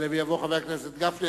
יעלה ויבוא חבר הכנסת גפני,